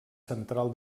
central